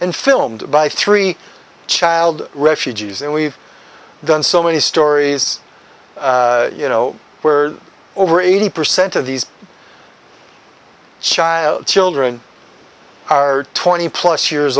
and filmed by three child refugees and we've done so many stories you know we're over eighty percent of these child children are twenty plus years